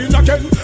again